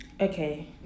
okay